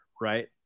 right